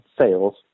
sales